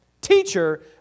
Teacher